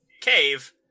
cave